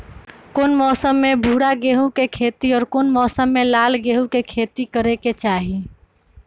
कौन मौसम में भूरा गेहूं के खेती और कौन मौसम मे लाल गेंहू के खेती करे के चाहि?